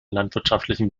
landwirtschaftlichen